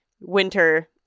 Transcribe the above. winter